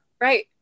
Right